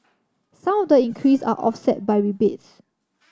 some of the increase are offset by rebates